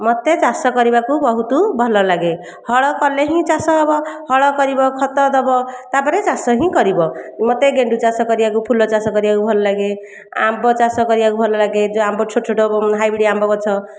ମୋତେ ଚାଷ କରିବାକୁ ବହୁତ ଭଲ ଲାଗେ ହଳ କଲେ ହିଁ ଚାଷ ହବ ହଳ କରିବ ଖତ ଦେବ ତା'ପରେ ଚାଷ ହିଁ କରିବ ମୋତେ ଗେଣ୍ଡୁ ଚାଷ କରିବାକୁ ଫୁଲ ଚାଷ କରିବାକୁ ଭଲ ଲାଗେ ଆମ୍ବ ଚାଷ କରିବାକୁ ଭଲ ଲାଗେ ଯେଉଁ ଆମ୍ବ ଛୋଟ ଛୋଟ ହାଇବ୍ରିଡ଼ ଆମ୍ବ ଗଛ